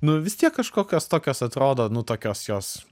nu vis tiek kažkokios tokios atrodo nu tokios jos